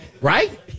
right